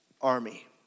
army